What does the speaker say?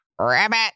rabbit